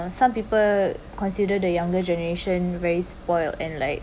some people consider the younger generation very spoiled and like